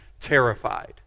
terrified